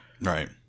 right